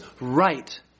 right